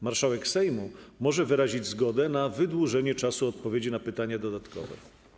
Marszałek Sejmu może wyrazić zgodę na wydłużenie czasu odpowiedzi na pytanie dodatkowe.